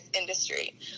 industry